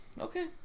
Okay